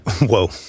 Whoa